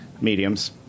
mediums